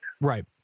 Right